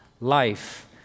life